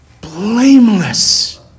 blameless